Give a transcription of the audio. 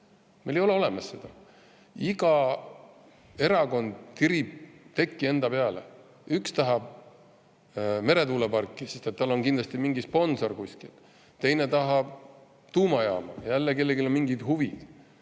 Meil ei ole seda olemas! Iga erakond tirib tekki enda peale: üks tahab meretuuleparki, sest tal on kindlasti mingi sponsor kuskil, teine tahab tuumajaama, sest jälle kellelgi on mingid huvid.